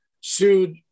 sued